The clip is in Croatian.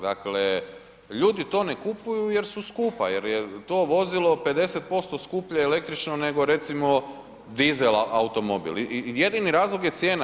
Dakle ljudi to ne kupuju jer su skupa jer je to vozilo 50% skuplje električno nego recimo dizel automobil i jedini razlog je cijena.